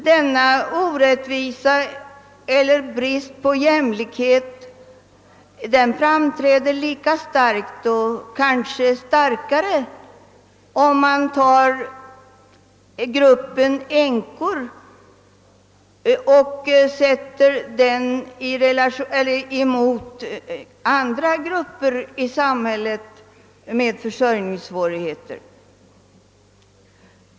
Denna orättvisa eller brist på jämlikhet framträder emellertid lika starkt, och kanske starkare, om man jämför gruppen änkor med andra grupper i samhället som har försörjningssvårigheter.